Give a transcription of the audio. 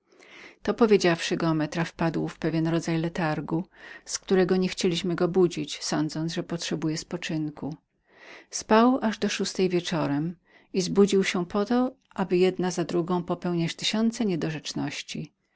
to powiedziawszy geometra wpadł w pewien rodzaj letargu z którego nie chcieliśmy go budzić sądząc że musiał potrzebować spoczynku spał aż do szóstej wieczorem i zbudził się z letargu na to aby jedna za drugą popełniać tysiące